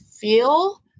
feel